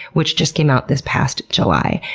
which just came out this past july.